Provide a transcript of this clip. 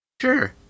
Sure